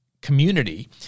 community